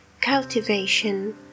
cultivation